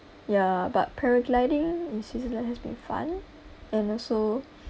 ya but paragliding in switzerland has been fun and also